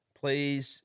please